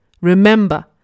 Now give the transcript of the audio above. Remember